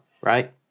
right